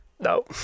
No